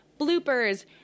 bloopers